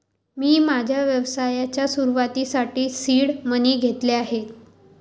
मी माझ्या व्यवसायाच्या सुरुवातीसाठी सीड मनी घेतले आहेत